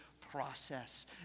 process